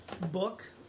book